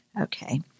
okay